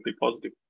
positive